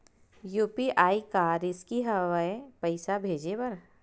UPI का risky हंव ए पईसा भेजे बर?